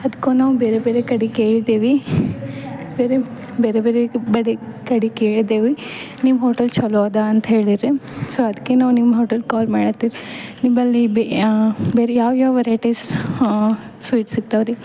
ಅದ್ಕೋ ನಾವು ಬೇರೆ ಬೇರೆ ಕಡೆ ಕೇಳಿದ್ದೇವಿ ಬೇರೆ ಬೇರೆ ಬೇರೆ ಬಡೆ ಕಡೆ ಕೇಳಿದ್ದೆವೆ ನಿಮ್ಮ ಹೋಟೆಲ್ ಚಲೋ ಅದ ಅಂತ ಹೇಳಿರೆ ಸೊ ಅದಕ್ಕೆ ನಾವು ನಿಮ್ಮ ಹೋಟೆಲ್ಗ ಕಾಲ್ ಮಾಡತ್ತಿವಿ ನಿಂಬಲ್ಲಿ ಬೇರೆ ಯಾವ ಯಾವ ವೆರೈಟೀಸ್ ಸ್ವೀಟ್ ಸಿಕ್ತಾವ್ರಿ